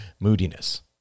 moodiness